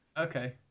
Okay